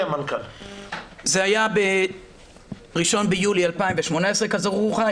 זה היה ב-1 ביולי 2018 כזכור לך,